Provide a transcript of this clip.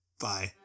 Bye